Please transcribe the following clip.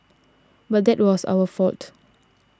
but that was our fault